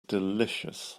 delicious